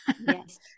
Yes